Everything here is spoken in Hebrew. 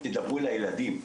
תדברו לילדים,